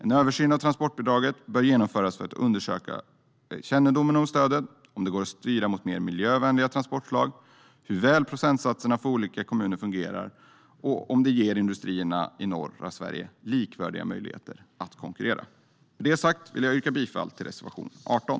En översyn av transportbidraget bör genomföras för att undersöka kännedomen om stödet, om det går att styra det mot mer miljövänliga transportslag, hur väl procentsatserna för olika kommuner fungerar och om det ger industrierna i norra Sverige likvärdiga möjligheter att konkurrera. Med det sagt vill jag yrka bifall till reservation 18.